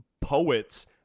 poets